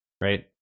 right